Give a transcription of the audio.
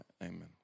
amen